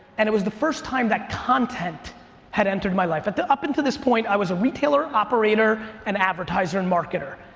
and it was the first time that content had entered my life. but up until this point, i was a retailer, operator, and advertiser and marketer.